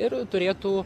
ir turėtų